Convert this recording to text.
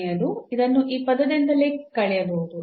ಮೂರನೆಯದು ಇದನ್ನು ಈ ಪದದಿಂದಲೇ ಕಳೆಯಬಹುದು